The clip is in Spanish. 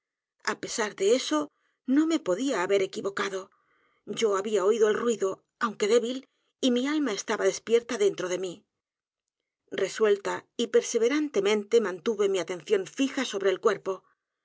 á pesar de eso no me podía haber equivocado yo había oído el ruido aunque débil y mi alma estaba despierta dentro de mí resuelta y perseverantemente mantuve mi atención fija sobre el cuerpo